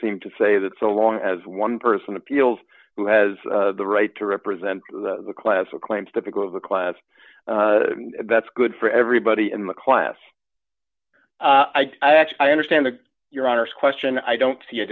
seem to say that so long as one person appeals who has the right to represent the class or claims typical of the class that's good for everybody in the class i i actually i understand the your honour's question i don't see a